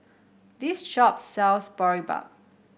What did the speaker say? this shop sells Boribap